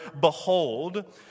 behold